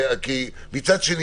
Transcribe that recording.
כי מצד שני,